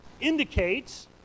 indicates